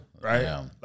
right